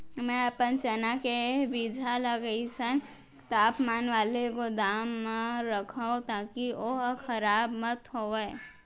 मैं अपन चना के बीजहा ल कइसन तापमान वाले गोदाम म रखव ताकि ओहा खराब मत होवय?